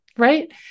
Right